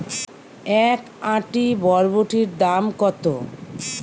এক আঁটি বরবটির দাম কত?